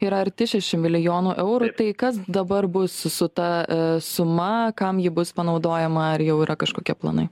yra arti šešių milijonų eurų tai kas dabar bus su ta suma kam ji bus panaudojama ar jau yra kažkokie planai